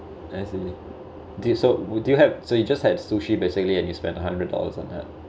as he did so would you have so you just have sushi basically and you spend a hundred dollars on that